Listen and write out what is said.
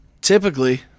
Typically